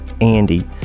Andy